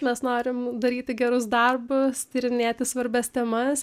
mes norim daryti gerus darbus tyrinėti svarbias temas